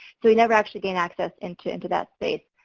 so, he never actually gained access into into that space.